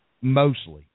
mostly